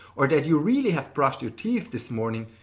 or that you really have brushed your teeth this morning,